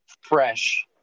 fresh